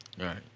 Right